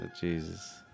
Jesus